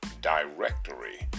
directory